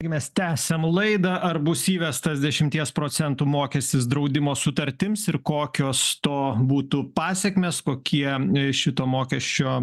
taigi mes tęsiam laidą ar bus įvestas dešimties procentų mokestis draudimo sutartims ir kokios to būtų pasekmės kokie šito mokesčio